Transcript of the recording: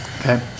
Okay